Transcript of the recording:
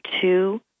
two